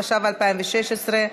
התשע"ו 2016,